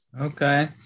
Okay